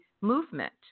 movement